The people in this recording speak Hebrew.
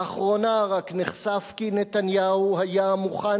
רק לאחרונה נחשף כי נתניהו היה מוכן